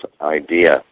idea